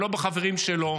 לא בחברים שלו.